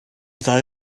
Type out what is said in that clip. ddau